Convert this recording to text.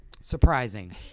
Surprising